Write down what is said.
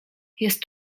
jest